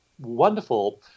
wonderful